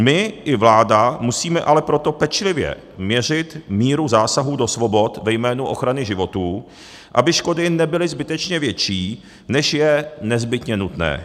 My i vláda musíme ale proto pečlivě měřit míru zásahu do svobod ve jménu ochrany životů, aby škody nebyly zbytečně větší, než je nezbytně nutné.